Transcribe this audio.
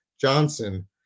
Johnson